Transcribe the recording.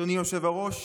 אדוני היושב-ראש,